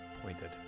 Pointed